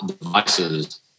devices